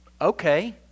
Okay